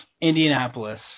Indianapolis